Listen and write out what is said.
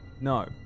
No